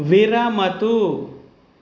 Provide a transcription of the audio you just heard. विरमतु